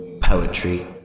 Poetry